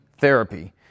therapy